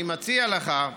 אני מציע לך,